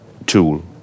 Tool